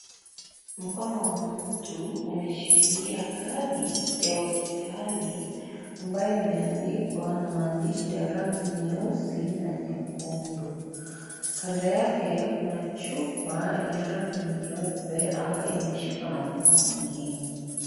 Mkono wa mtu umeshikilia kadi ya hospitali ambayo imeandikwa na maandishi ya rangi nyeusi na nyekundu. Kando yake kuna chupa ya rangi nyeupe ambayo imeshikwa na mkono mwingine.